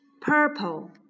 purple